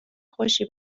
خوشی